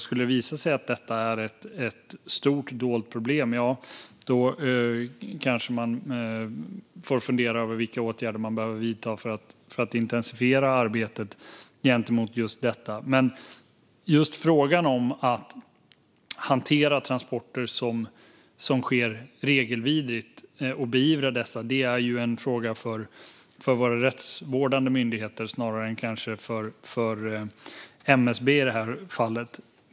Skulle det visa sig att detta är ett stort dolt problem kanske man får fundera över vilka åtgärder man behöver vidta för att intensifiera arbetet gentemot det. Frågan om att hantera transporter som sker regelvidrigt och beivra dessa är en fråga för våra rättsvårdande myndigheter snarare än för MSB.